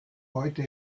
heute